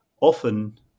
often